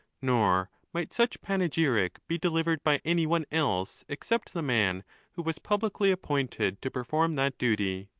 nor might such panegyric be delivered by any one else except the man who was publicly appointed to perform that duty.